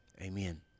Amen